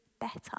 better